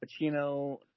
Pacino –